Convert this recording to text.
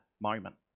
moment